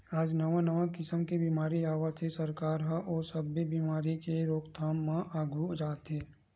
आज नवा नवा किसम के बेमारी आवत हे, सरकार ह ओ सब्बे बेमारी के रोकथाम म आघू आथे